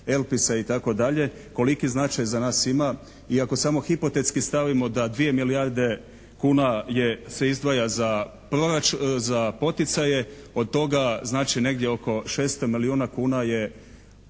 itd., koliki značaj za nas ima. I ako samo hipotetski stavimo da 2 milijarde kuna se izdvaja za poticaje od toga znači negdje oko 600 milijuna kuna je